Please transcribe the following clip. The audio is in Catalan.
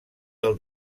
del